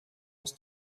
aus